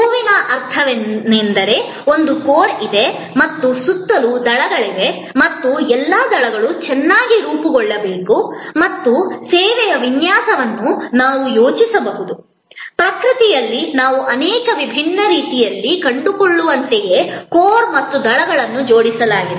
ಹೂವಿನ ಅರ್ಥವೇನೆಂದರೆ ಒಂದು ಕೋರ್ ಇದೆ ಮತ್ತು ಸುತ್ತಲೂ ದಳಗಳಿವೆ ಮತ್ತು ಎಲ್ಲಾ ದಳಗಳು ಚೆನ್ನಾಗಿ ರೂಪುಗೊಳ್ಳಬೇಕು ಮತ್ತು ಸೇವೆಯ ವಿನ್ಯಾಸವನ್ನು ನಾವು ಯೋಚಿಸಬಹುದು ಪ್ರಕೃತಿಯಲ್ಲಿ ನಾವು ಅನೇಕ ವಿಭಿನ್ನ ರೀತಿಯಲ್ಲಿ ಕಂಡುಕೊಳ್ಳುವಂತೆಯೇ ಕೋರ್ ಮತ್ತು ದಳಗಳನ್ನು ಜೋಡಿಸಲಾಗಿದೆ